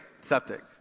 Septic